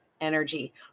energy